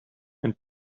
and